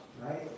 Right